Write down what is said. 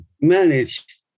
manage